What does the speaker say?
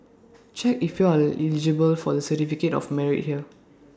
check if you are eligible for the certificate of merit here